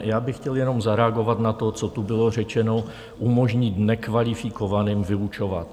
Já bych chtěl jenom zareagovat na to, co tu bylo řečeno umožnit nekvalifikovaným vyučovat.